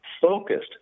focused